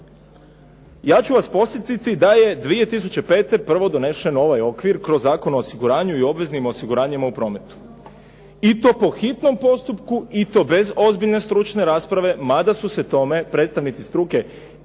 Ja ću vas podsjetiti da je 2005. prvo donesen ovaj okvir kroz Zakon o osiguranju i obveznim osiguranjima u prometu i to po hitnom postupku i to bez ozbiljne stručne rasprave, mada su se tome predstavnici struke itekako